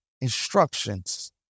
instructions